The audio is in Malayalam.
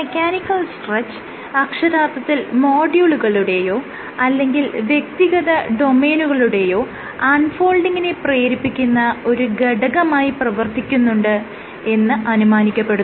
മെക്കാനിക്കൽ സ്ട്രെച്ച് അക്ഷരാർത്ഥത്തിൽ മോഡ്യൂളുകളുടെയോ അല്ലെങ്കിൽ വ്യക്തിഗത ഡൊമെയ്നുകളുടെയോ അൺ ഫോൾഡിങിനെ പ്രേരിപ്പിക്കുന്ന ഒരു ഘടകമായി പ്രവർത്തിക്കുന്നുണ്ട് എന്ന് അനുമാനിക്കപ്പെടുന്നു